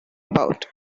about